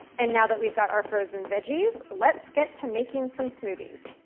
and now that we've got our frozen veggies, let's get to making some smoothies.